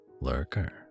Lurker